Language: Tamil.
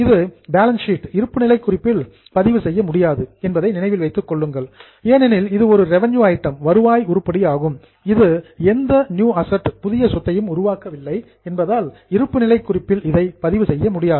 இதை பேலன்ஸ் ஷீட் இருப்புநிலை குறிப்பில் பதிவு செய்ய முடியாது என்பதை நினைவில் வைத்துக் கொள்ளுங்கள் ஏனெனில் இது ஒரு ரெவன்யூ ஐட்டம் வருவாய் உருப்படியாகும் இது எந்த நியூ அசட் புதிய சொத்தையும் உருவாக்கவில்லை என்பதால் இருப்புநிலை குறிப்பில் இதை பதிவு செய்ய முடியாது